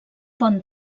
bon